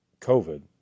COVID